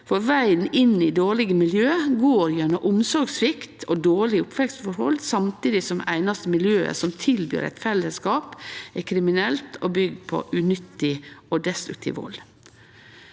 for vegen inn i dårlege miljø går gjennom omsorgssvikt og dårlege oppvekstforhold, samtidig som det einaste miljøet som tilbyr eit fellesskap, er kriminelt og byggjer på unyttig og destruktiv vald.